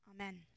Amen